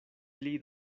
pli